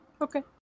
Okay